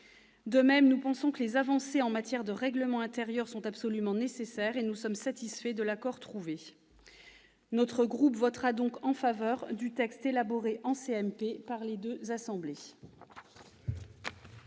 De même, nous pensons que les avancées en matière de règlements intérieurs sont absolument nécessaires, et nous sommes satisfaits de l'accord trouvé. Le groupe du RDSE votera donc en faveur du texte élaboré en CMP par les deux assemblées.